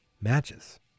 matches